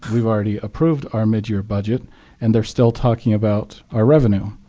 we've already approved our midyear budget and they're still talking about our revenue,